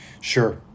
Sure